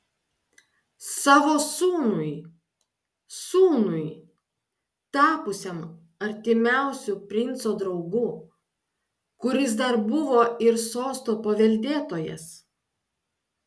savo sūnui sūnui tapusiam artimiausiu princo draugu kuris dar buvo ir sosto paveldėtojas